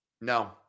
No